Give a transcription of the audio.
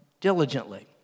diligently